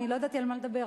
לא ידעתי על מה לדבר,